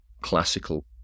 classical